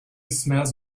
smells